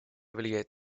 влиять